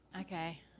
okay